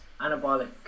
anabolic